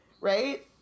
Right